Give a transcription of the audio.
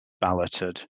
Balloted